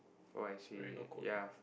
oh actually ya